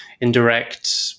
indirect